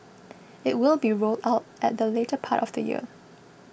it will be rolled out at the later part of the year